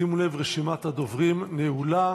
שימו לב, רשימת הדוברים נעולה.